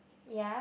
ya